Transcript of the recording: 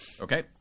Okay